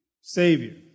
Savior